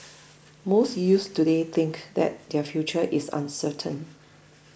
most youths today think that their future is uncertain